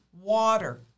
water